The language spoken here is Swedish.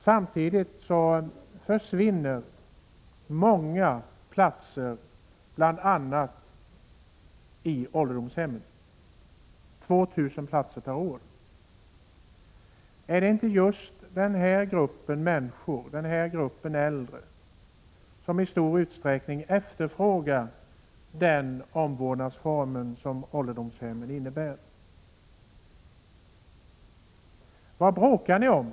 Samtidigt försvinner många platser, bl.a. i ålderdomshemmen — 2 000 platser per år. Är det inte just den gruppen äldre som i stor utsträckning efterfrågar den omvårdnadsform som ålderdomshemmen innebär? Vad bråkar ni om?